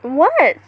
what